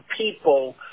people